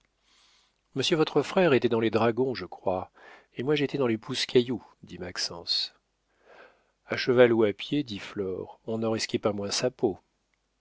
monsieur votre frère était dans les dragons je crois et moi j'étais dans les pousse cailloux dit maxence a cheval ou à pied dit flore on n'en risquait pas moins sa peau